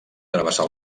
travessà